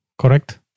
Correct